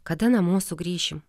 kada namo sugrįšim